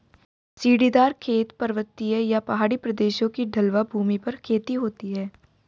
सीढ़ीदार खेत, पर्वतीय या पहाड़ी प्रदेशों की ढलवां भूमि पर खेती होती है